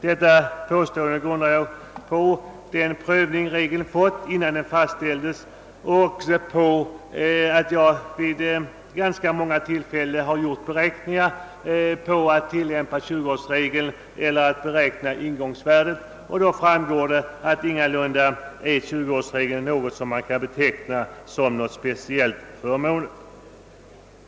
Detta påstående grundar jag på den prövning regeln undergick innan den blev fastställd och på de erfarenheter jag fått när jag vid ganska många tillfällen gjort beräkningar med tillämpning av 20-årsregeln eller alternativt av ingångsvärdet.